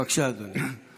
בבקשה, אדוני.